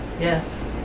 Yes